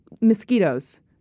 Mosquitoes